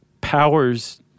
powers